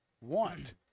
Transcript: want